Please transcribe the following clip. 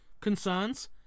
concerns